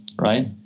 right